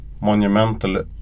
monumental